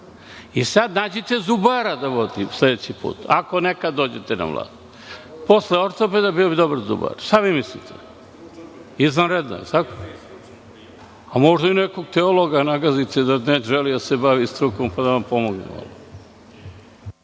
Sad, nađite zubara da vodi sledeći put, ako nekad dođete na vlast. Posle ortopeda bio bi dobar zubar. Šta vi mislite? Možda i nekog teologa nagazite da ne želi da se bavi strukom, pa da vam pomogne.